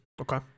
Okay